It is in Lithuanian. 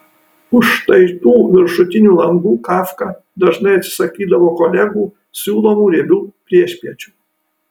už štai tų viršutinių langų kafka dažnai atsisakydavo kolegų siūlomų riebių priešpiečių